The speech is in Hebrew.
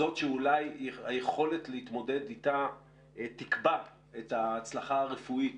זאת שאולי היכולת להתמודד איתה תקבע את ההצלחה הרפואית